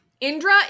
Indra